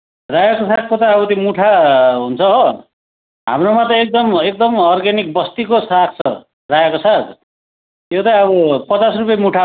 रायोको सागको त अब त्यो मुठा हुन्छ हो हाम्रोमा त एकदम एकदमै अर्ग्यानिक बस्तीको साग छ रायोको साग त्यो त अब पचास रुपियाँ मुठा हो